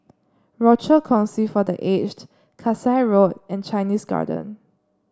Rochor Kongsi for The Aged Kasai Road and Chinese Garden